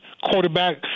quarterback